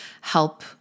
help